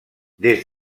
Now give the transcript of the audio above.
des